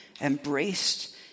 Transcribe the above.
embraced